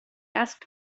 asked